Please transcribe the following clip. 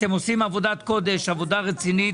אתם עושים עבודת קודש, עבודה רצינית.